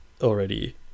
already